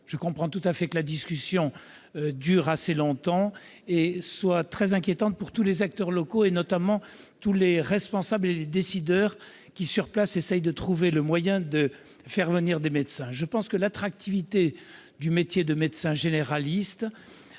je comprends tout à fait que la discussion dure assez longtemps, car la situation est très inquiétante pour tous les acteurs locaux, notamment, pour tous les responsables et les décideurs qui, sur place, essaient de trouver le moyen de faire venir des médecins. Je pense que l'attractivité du métier de médecin généraliste